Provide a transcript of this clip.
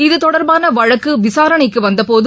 இது தொடர்பானவழக்குவிசாரணைக்குவந்தபோது